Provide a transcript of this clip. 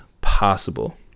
possible